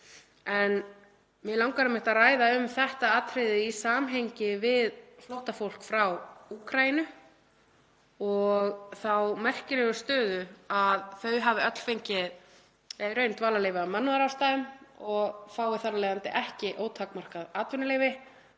en mig langar einmitt að ræða um þetta atriði í samhengi við flóttafólk frá Úkraínu og þá merkilegu stöðu að þau hafi öll fengið í raun dvalarleyfi af mannúðarástæðum og fái þar af leiðandi ekki ótakmarkað atvinnuleyfi